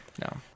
no